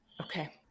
Okay